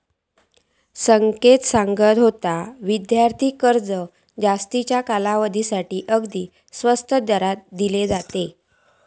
संकेत सांगा होतो, विद्यार्थी कर्ज जास्तीच्या कालावधीसाठी अगदी स्वस्त दरात दिला जाता